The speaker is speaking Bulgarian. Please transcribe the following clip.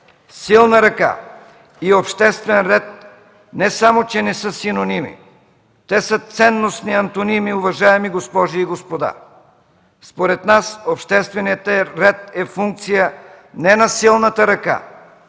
Силна ръка и обществен ред не само че не са синоними, те са ценностни антоними, уважаеми госпожи и господа. Според нас общественият ред е функция не на силната ръка,